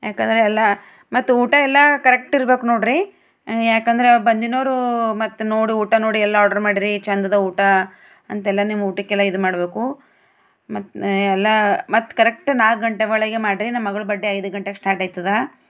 ಯಾಕಂದರೆ ಎಲ್ಲ ಮತ್ತೆ ಊಟ ಎಲ್ಲ ಕರೆಕ್ಟ್ ಇರ್ಬೇಕು ನೋಡಿ ರಿ ಯಾಕಂದರೆ ಬಂದಿನೋರು ಮತ್ತೆ ನೋಡಿ ಊಟ ನೋಡಿ ಎಲ್ಲ ಆರ್ಡರ್ ಮಾಡ್ರಿ ಚಂದ ಅದ ಊಟ ಅಂತೆಲ್ಲ ನಿಮ್ಮ ಊಟಕ್ಕೆಲ್ಲ ಇದು ಮಾಡಬೇಕು ಮತ್ತೆ ಎಲ್ಲ ಮತ್ತೆ ಕರೆಕ್ಟ್ ನಾಲ್ಕು ಗಂಟೆ ಒಳಗೆ ಮಾಡಿರಿ ನಮ್ಮ ಮಗಳ ಬಡ್ಡೆ ಐದು ಗಂಟೆಗೆ ಸ್ಟಾರ್ಟ್ ಆಯ್ತದ